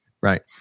Right